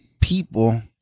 people